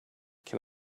can